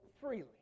freely